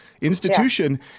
institution